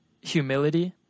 humility